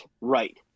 right